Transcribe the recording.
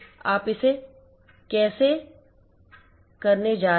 आप इसे कैसे सनी जा रहे हैं